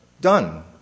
done